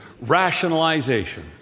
rationalization